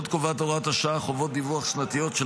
עוד קובעת הוראת השעה חובות דיווח שנתיות של